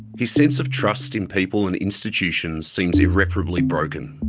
his sense of trust in people and institutions seems irreparably broken.